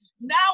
Now